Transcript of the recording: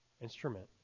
instrument